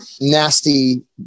nasty